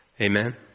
amen